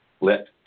let